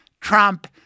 Trump